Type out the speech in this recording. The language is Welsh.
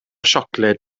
siocled